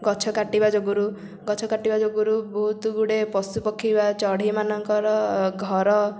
ଗଛ କାଟିବା ଯୋଗୁରୁ ଗଛ କାଟିବା ଯୋଗୁରୁ ବହୁତଗୁଡ଼େ ପଶୁ ପକ୍ଷୀ ବା ଚଢ଼େଇ ମାନଙ୍କର ଘର